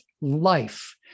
life